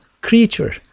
creature